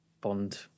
bond